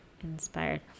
inspired